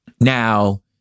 Now